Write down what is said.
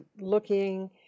looking